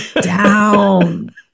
down